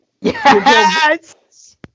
Yes